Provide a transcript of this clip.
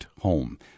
home